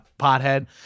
pothead